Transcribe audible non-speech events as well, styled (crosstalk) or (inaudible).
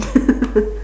(laughs)